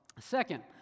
Second